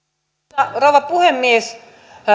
arvoisa rouva puhemies